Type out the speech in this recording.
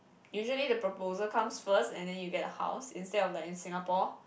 usually the proposal comes first and then you get a house instead of like in Singapore